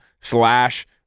slash